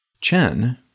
Chen